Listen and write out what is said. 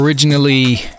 Originally